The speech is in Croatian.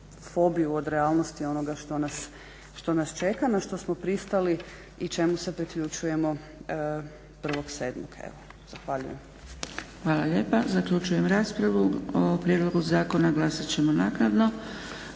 fobiju od realnosti onoga što nas čeka, na što smo pristali i čemu se priključujemo 1.7. Evo zahvaljujem. **Zgrebec, Dragica (SDP)** Hvala lijepa. Zaključujem raspravu. O prijedlogu zakona glasat ćemo naknadno.